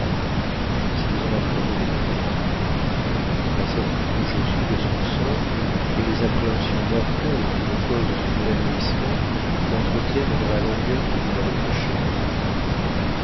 si vous en apprenez des nouvelles l'incertitude où je suis de son sort et les appréhensions mortelles que me cause son évanouissement m'entretiennent dans la langueur que vous me reprochez